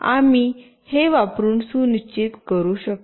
आम्ही हे हे वापरुन सुनिश्चित करू शकतो